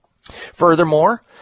Furthermore